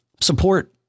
support